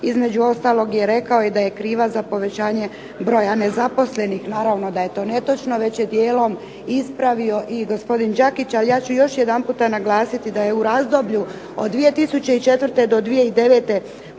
između ostalog je rekao i da je kriva za povećanje broja nezaposlenih. Naravno da je to netočno. Već je dijelom ispravio i gospodin Đakić, ali ja ću još jedanputa naglasiti da je u razdoblju od 2004. do 2009.